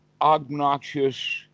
obnoxious